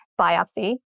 biopsy